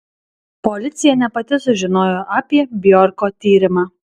policija ne pati sužinojo apie bjorko tyrimą